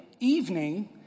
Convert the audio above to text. Evening